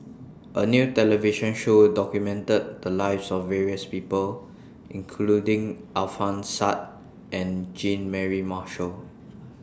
A New television Show documented The Lives of various People including Alfian Sa and Jean Mary Marshall